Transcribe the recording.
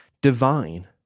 divine